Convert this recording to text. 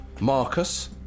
Marcus